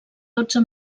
dotze